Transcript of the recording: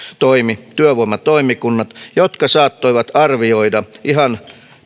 toimivat työvoimatoimikunnat jotka saattoivat arvioida ihan